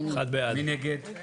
1 נגד,